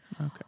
Okay